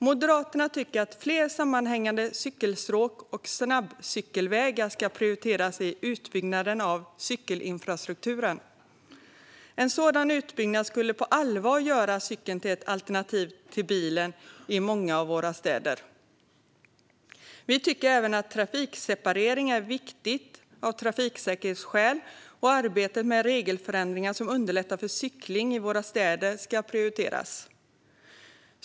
Moderaterna tycker att fler sammanhängande cykelstråk och snabbcykelvägar ska prioriteras vid utbyggnaden av cykelinfrastrukturen. En sådan utbyggnad skulle på allvar göra cykeln till ett alternativ till bilen i många av våra städer. Vi tycker även att trafikseparering är viktigt av trafiksäkerhetsskäl och att arbetet med regelförändringar som underlättar för cykling i våra städer ska prioriteras.